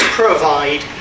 provide